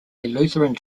lutheran